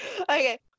Okay